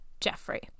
Jeffrey